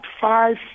five